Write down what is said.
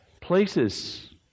places